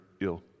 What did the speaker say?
ill